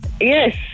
Yes